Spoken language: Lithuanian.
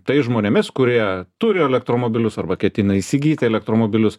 tais žmonėmis kurie turi elektromobilius arba ketina įsigyti elektromobilius